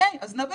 אז נבין